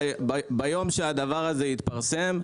ביום שהדבר הזה יתפרסם,